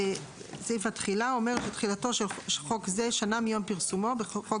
תחילה 20. תחילתו של חוק זה שנה מיום פרסומו (בחוק